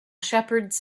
shepherds